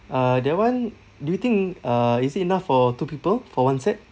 uh that [one] do you think uh is it enough for two people for one set